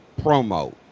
promo